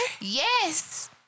Yes